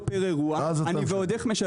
אני משלם ועוד איך.